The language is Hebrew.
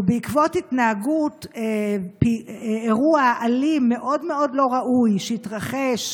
ובעקבות אירוע אלים מאוד מאוד לא ראוי שהתרחש